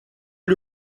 gli